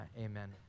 Amen